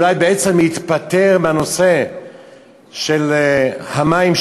אולי בעצם להיפטר מהנושא של המים,